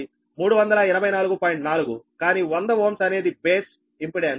4కానీ 100 Ω అనేది base impedance